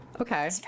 Okay